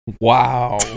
Wow